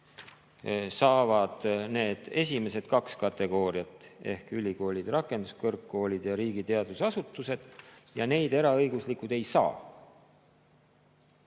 toetust need esimesed kaks kategooriat ehk ülikoolid ja rakenduskõrgkoolid ja riigi teadusasutused. Eraõiguslikud ei saa.